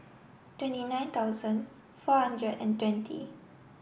twenty nine thousand four hundred and twenty